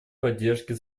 поддержке